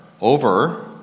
over